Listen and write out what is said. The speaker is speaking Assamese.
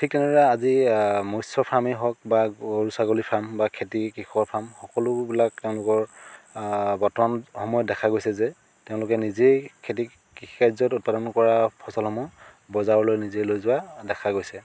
ঠিক তেনেদৰে আজি মৎস্য ফাৰ্মে হওক বা গৰু ছাগলীৰ ফাৰ্ম বা খেতি দিশৰ ফাৰ্ম সকলোবিলাক তেওঁলোকৰ বৰ্তমান সময়ত দেখা গৈছে যে তেওঁলোকে নিজেই খেতি কৃষিকাৰ্যত উৎপাদন কৰা ফচলসমূহ বজাৰলৈ নিজে লৈ যোৱা দেখা গৈছে